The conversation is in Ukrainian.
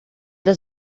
для